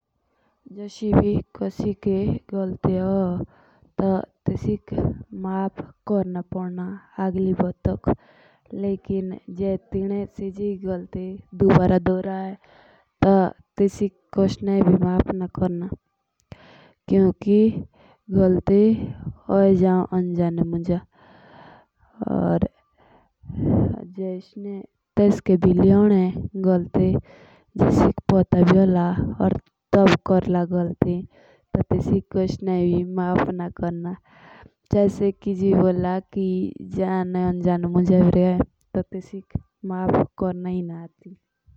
जोश कोनी गलते कोरे तो तेसिक अगली बार माफ पोडना क्रना। पीआर जे तिन्न सेजेई गलते दुजाये क्रे या जनबोच क्र क्रे टू टेसिक माफ पोडना ना क्रना।